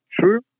true